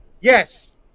Yes